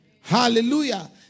Hallelujah